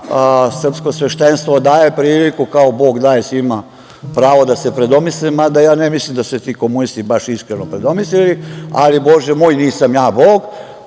srpsko sveštenstvo daje priliku, kao Bog daje svima pravo da se predomisle, mada ja ne mislim da su se ti komunisti baš iskreno predomislili, ali Bože moj, nisam ja Bog.